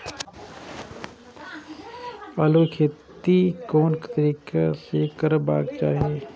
आलु के खेती कोन तरीका से करबाक चाही?